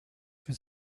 for